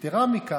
יתרה מזו,